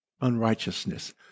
unrighteousness